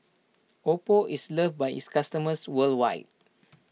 Oppo is loved by its customers worldwide